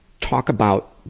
talk about